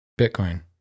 Bitcoin